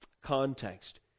context